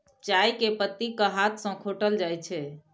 चाय के पत्ती कें हाथ सं खोंटल जाइ छै